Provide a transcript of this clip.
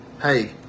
hey